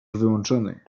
wyłączony